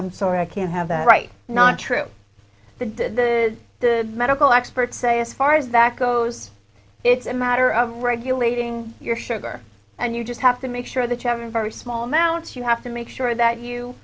i'm sorry i can't have that right not true the did the the medical experts say as far as that goes it's a matter of regulating your sugar and you just have to make sure the chev and very small amounts you have to make sure that you